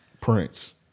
Prince